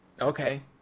Okay